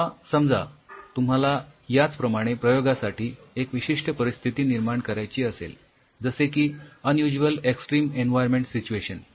किंवा समजा तुम्हाला याचप्रमाणे प्रयोगासाठी एक विशिष्ठ परिस्थिती निर्माण करायची असेल जसे की अनयुज्वल एक्सट्रीम एन्व्हायर्मेंट सिच्युएशन